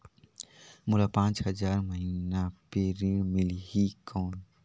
मोला पांच हजार महीना पे ऋण मिलही कौन?